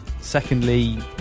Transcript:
Secondly